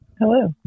Hello